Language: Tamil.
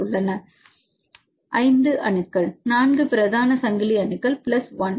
மாணவர் 5 5 அணுக்கள் 4 பிரதான சங்கிலி அணுக்கள் பிளஸ் 1 1